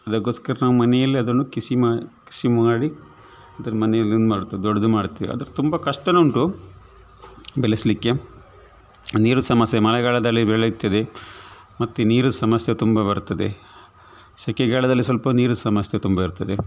ಅದಕ್ಕೋಸ್ಕರ ನಾವು ಮನೆಯಲ್ಲೇ ಅದನ್ನು ಕೃಷಿ ಮಾಡು ಕೃಷಿ ಮಾಡಿ ಅದನ್ನು ಮನೆಯಲ್ಲೇ ಮಾಡ್ತು ದೊಡ್ದು ಮಾಡ್ತಿವಿ ಆದರೆ ತುಂಬ ಕಷ್ಟ ಉಂಟು ಬೆಳೆಸ್ಲಿಕ್ಕೆ ನೀರು ಸಮಸ್ಯೆ ಮಳೆಗಾಳದಲ್ಲಿ ಬೆಳೆಯುತ್ತದೆ ಮತ್ತು ನೀರು ಸಮಸ್ಯೆ ತುಂಬ ಬರುತ್ತದೆ ಸೆಕೆಗಾಲದಲ್ಲಿ ಸ್ವಲ್ಪ ನೀರು ಸಮಸ್ಯೆ ತುಂಬ ಇರ್ತದೆ